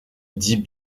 dit